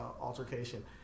altercation